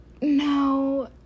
No